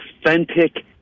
authentic